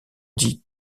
dis